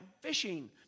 fishing